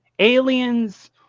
aliens